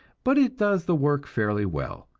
but it does the work fairly well.